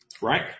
Right